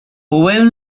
well